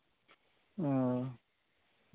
ᱚ